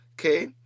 okay